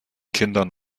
kindern